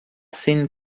seen